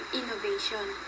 innovation